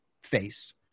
face